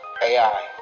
AI